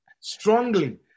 Strongly